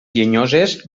llenyoses